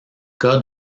cas